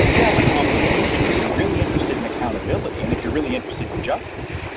you have an obligation. if you're really interested in accountability, and if you're really interested in justice,